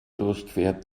durchquert